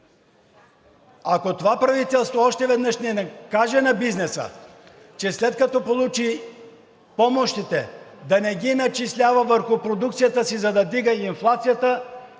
ако това правителство още веднъж не каже на бизнеса, след като получи помощите, да не ги начислява върху продукцията си, за да вдига инфлацията,